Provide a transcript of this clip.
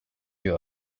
you